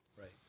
Right